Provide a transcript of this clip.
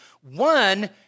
one